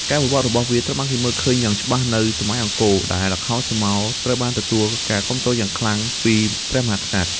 ការវិវត្តន៍របស់វាត្រូវបានគេឃើញយ៉ាងច្បាស់នៅសម័យអង្គរ ដែលល្ខោនស្រមោលត្រូវបានទទួលការគាំទ្រយ៉ាងខ្លាំងពីព្រះមហាក្សត្រ។